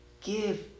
give